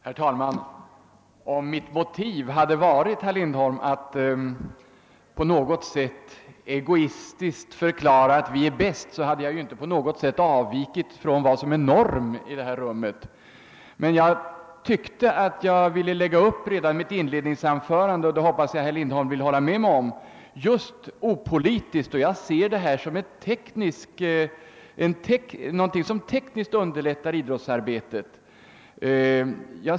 Herr talman! Om mitt motiv, herr Lindholm, hade varit att på något sätt egoistiskt förklara att vi reservanter är bäst, hade jag inte på något sätt avvikit från vad som är norm här i kammaren. Men jag försökte lägga upp mitt inledningsanförande opolitiskt — jag hoppas att herr Lindholm vill hålla med mig om detta. Jag anser att en femårsplanering skulle tekniskt underlätta idrottsverksamheten.